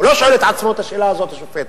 הוא לא שואל את השאלה הזאת, השופט,